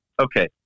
Okay